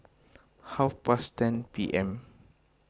half past ten P M